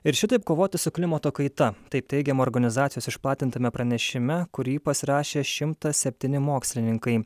ir šitaip kovoti su klimato kaita taip teigiama organizacijos išplatintame pranešime kurį pasirašė šimtas septyni mokslininkai